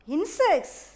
Insects